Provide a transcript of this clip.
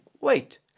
wait